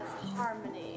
Harmony